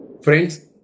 Friends